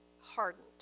Hardened